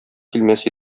килмәс